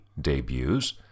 debuts